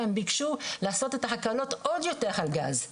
והם ביקשו לעשות את ההקלות עוד יותר על גז,